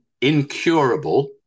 incurable